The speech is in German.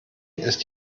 ist